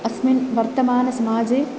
अस्मिन् वर्तमानसमाजे